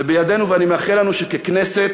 זה בידינו, ואני מאחל לנו שככנסת